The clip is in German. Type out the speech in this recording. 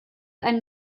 einen